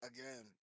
Again